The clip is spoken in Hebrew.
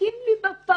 שצוחקים לי בפרצוף.